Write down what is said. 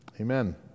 Amen